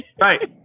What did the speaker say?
Right